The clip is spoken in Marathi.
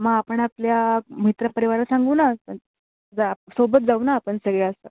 मग आपण आपल्या मित्र परिवाराला सांगू ना जा सोबत जाऊ ना आपण सगळे असं